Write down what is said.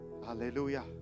Hallelujah